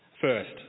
First